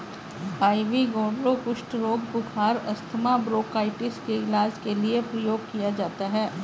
ivy gourd कुष्ठ रोग, बुखार, अस्थमा, ब्रोंकाइटिस के इलाज के लिए प्रयोग किया जाता है